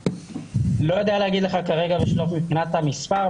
לא יודע להגיד לך כרגע בשלוף מבחינת המספר,